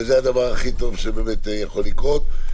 וזה הדבר הכי טוב שיכול לקרות.